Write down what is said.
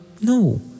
No